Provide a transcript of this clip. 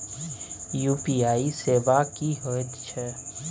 UPI सेवा की होयत छै?